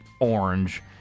orange